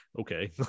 okay